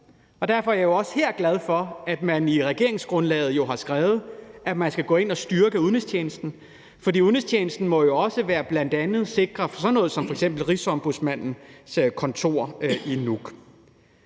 derfor er jeg jo også her glad for, at man i regeringsgrundlaget har skrevet, at man skal gå ind og styrke udenrigstjenesten, for udenrigstjenesten må jo også bl.a. sikre sådan noget som f.eks. Rigsombudsmanden i